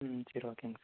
ம் சரி ஓகேங்க சார்